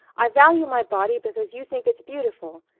i value my body because you think it's beautiful.